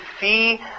see